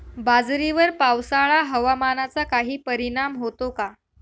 बाजरीवर पावसाळा हवामानाचा काही परिणाम होतो का?